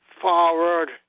forward